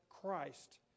Christ